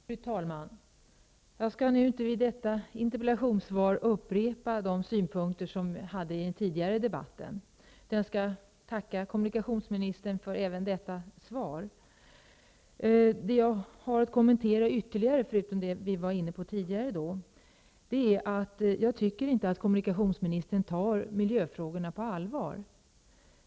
Fru talman! Jag skall inte vid detta interpellationssvar upprepa de synpunkter jag framförde i den tidigare debatten. Jag tackar kommunikationsministern även för detta svar. Vad jag har att kommentera ytterligare, förutom det vi diskuterade tidigare, är att jag inte tycker att kommunikationsministern tar miljöfrågorna på allvar.